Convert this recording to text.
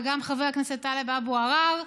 וגם חבר הכנסת טלב אבו עראר.